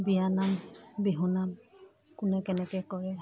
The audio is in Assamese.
বিয়ানাম বিহু নাম কোনে কেনেকে কৰে